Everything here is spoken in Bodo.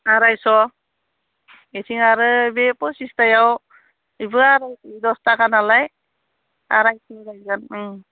आरायस' बेथिं आरो बे फसिसथायाव बेबो आरायस' दसथाखा नालाय आरायस' जागोन ओं